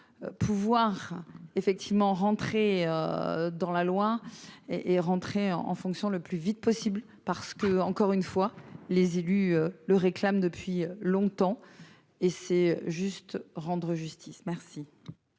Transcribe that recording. pouvoir effectivement rentrer dans la loi et est rentré en fonction, le plus vite possible parce que, encore une fois, les élus le réclame depuis longtemps et c'est juste rendre justice merci.